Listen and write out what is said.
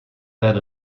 that